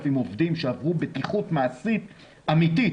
עובדים שעברו בטיחות מעשית אמיתית